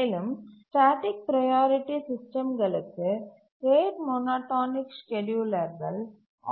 மேலும் static priority சிஸ்டம்களுக்கு rate monotonic ஸ்கேட்யூலர்கள்